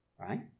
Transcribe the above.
right